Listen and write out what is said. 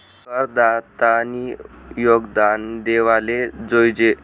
करदातानी योगदान देवाले जोयजे